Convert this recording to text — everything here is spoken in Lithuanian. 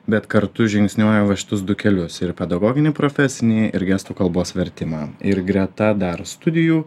bet kartu žingsniuoju va šitus du kelius ir pedagoginį profesinį ir gestų kalbos vertimą ir greta dar studijų